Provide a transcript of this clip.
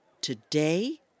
today